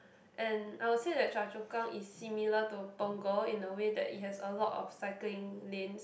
and I would say that Choa-Chu-Kang is similar to punggol in a way that it has a lot of cycling lanes